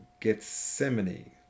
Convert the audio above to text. Gethsemane